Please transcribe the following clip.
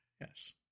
Yes